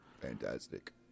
Fantastic